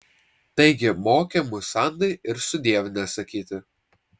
taigi mokė mus andai ir sudiev nesakyti